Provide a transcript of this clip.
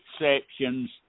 exceptions